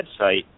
website